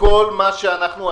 שבכל מה שעשינו,